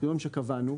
קריטריון שקבענו,